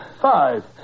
five